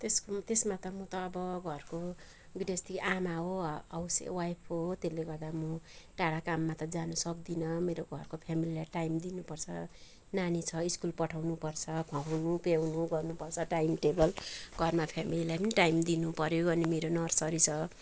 त्यस त्यसमा त म त अब घरको गृहस्थी आमा हो हाउसवाइफ हो त्यसले गर्दा म टाढा काममा त जान सक्दिनँ मेरो घरको फ्यामिलीलाई टाइम दिनुपर्छ नानी छ स्कुल पठाउनुपर्छ खुवाउनु पियाउनु गर्नुपर्छ टाइम टेबल घरमा फ्यामिलीलाई पनि टाइम दिनुपर्यो अनि मेरो नर्सरी छ